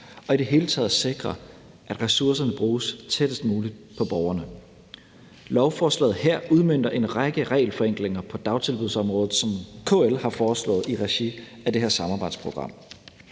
og i det hele taget sikre, at ressourcerne bruges tættest muligt på borgerne. Lovforslaget her udmønter en række regelforenklinger på dagtilbudsområdet, som KL har foreslået i regi af det her samarbejdsprogram.